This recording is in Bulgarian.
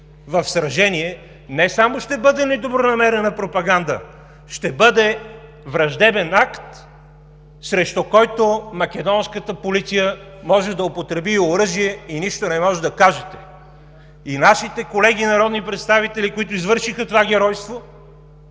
в сражение. То не само ще бъде недобронамерена пропаганда, ще бъде враждебен акт, срещу който македонската полиция може да употреби оръжие и нищо не можете да кажете. И нашите колеги народни представители, които извършиха това геройство,